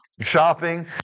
shopping